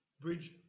bridge